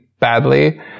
Badly